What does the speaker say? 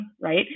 Right